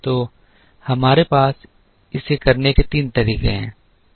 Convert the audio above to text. तो हमारे पास इसे करने के तीन तरीके हैं